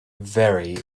very